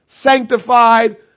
sanctified